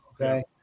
Okay